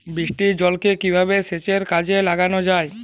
বৃষ্টির জলকে কিভাবে সেচের কাজে লাগানো যায়?